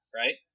right